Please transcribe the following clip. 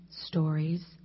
Stories